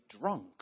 drunk